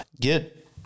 get